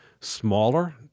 smaller